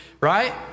right